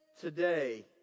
today